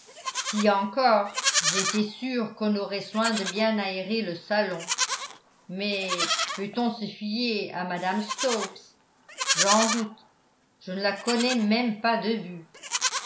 si encore j'étais sûr qu'on aurait soin de bien aérer le salon mais peut-on se fier à mme stokes j'en doute je ne la connais même pas de vue